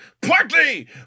Party